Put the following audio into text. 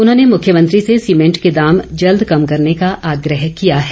उन्होंने मुख्यमंत्री से सीमेंट के दाम जल्द कम करने का आग्रह किया है